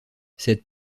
cette